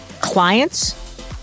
clients